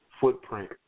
footprint